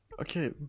Okay